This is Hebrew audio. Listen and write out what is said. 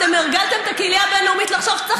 אתם הרגלתם את הקהילה הבין-לאומית לחשוב שצריך